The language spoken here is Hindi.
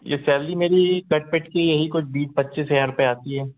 ये सैलरी मेरी कट पिट के यही कुछ बीस पच्चीस हजार रुपए आती है